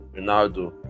Ronaldo